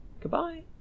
Goodbye